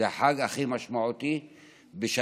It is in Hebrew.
זה החג הכי משמעותי בשנה,